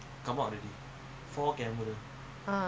no no no you never give me money (one)